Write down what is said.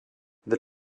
the